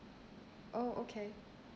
oh okay